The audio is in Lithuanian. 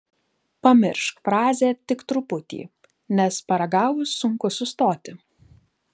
pamiršk frazę tik truputį nes paragavus sunku sustoti